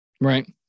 Right